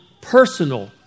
personal